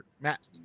Matt